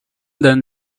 then